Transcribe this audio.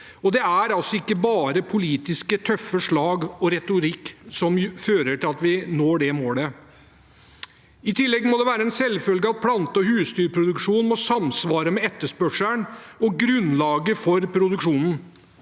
altså ikke bare politisk tøffe slag og retorikk som fører til at vi når det målet. I tillegg må det være en selvfølge at plante- og husdyrproduksjon må samsvare med etterspørselen og grunnlaget for produksjonen.